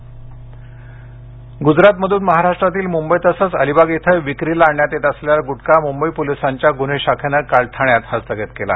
ग्टखा ग्रजरात मधून महाराष्ट्रातील मुंबई तसंच अलिबाग इथं विक्रीला आणण्यात येत असलेला गुटखा मुंबई पोलिसांच्या गुन्हे शाखेनं काल ठाण्यात हस्तगत केला